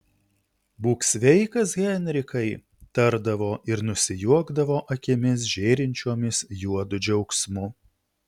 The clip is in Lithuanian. būk sveikas henrikai tardavo ir nusijuokdavo akimis žėrinčiomis juodu džiaugsmu